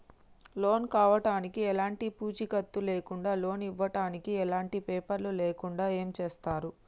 Loan కావడానికి ఎలాంటి పూచీకత్తు లేకుండా లోన్ ఇవ్వడానికి ఎలాంటి పేపర్లు లేకుండా ఏం చేస్తారు?